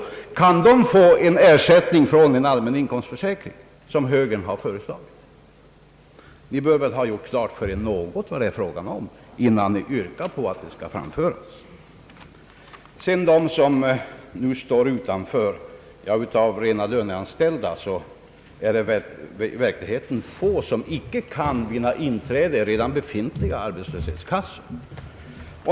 Skall de få ersättning från en allmän inkomstförsäkring som högern har föreslagit? Ni bör väl ha gjort klart för er något vad det är frågan om innan ni framför ett förslag. Av de rent löneanställda som nu står utanför är det väl i verkligheten få som icke kan vinna inträde i redan befintliga arbetslöshetskassor.